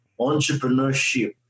entrepreneurship